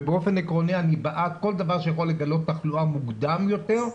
ובאופן עקרוני אני בעד כל דבר שיכול לגלות תחלואה מוקדם יותר,